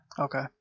Okay